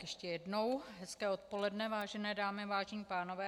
Ještě jednou hezké odpoledne, vážené dámy, vážení pánové.